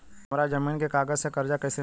हमरा जमीन के कागज से कर्जा कैसे मिली?